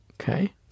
Okay